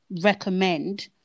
recommend